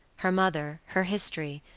her mother, her history,